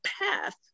path